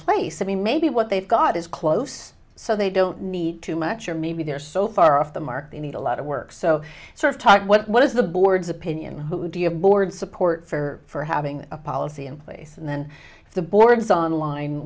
place i mean maybe what they've got is close so they don't need too much or maybe they're so far off the mark they need a lot of work so sort of talk what is the board's opinion who do you a board support for having a policy in place and then the boards online